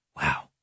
Wow